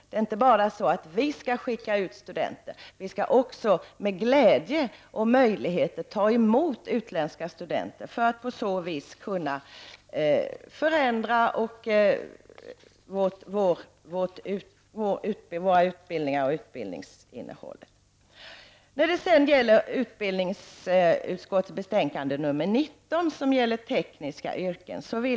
Det är inte bara vi som skall skicka ut studenter. Vi skall också med glädje ta emot utländska studenter för att på så vis kunna förändra vårt utbildningsinnehåll. Utbildningsutskottets betänkande nr 19 behandlar tekniska yrken.